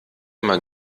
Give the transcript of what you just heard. mal